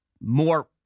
more